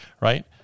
right